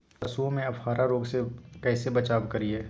पशुओं में अफारा रोग से कैसे बचाव करिये?